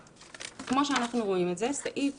כמו שאנחנו רואים את זה, סעיף